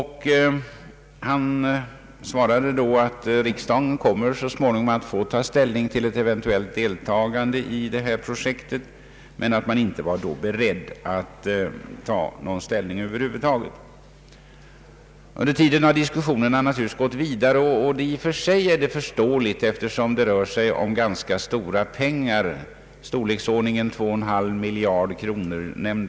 Han svarade att riksdagen så småningom skulle komma att få ta ställning till ett eventuellt deltagande i detta projekt men att regeringen för tillfället inte var beredd att ta någon ställning. Diskussionerna har naturligtvis fort satt, vilket i och för sig är förståeligt, eftersom det rör sig om ganska stora pengar — ett belopp på 2,5 miljarder kronor har nämnts.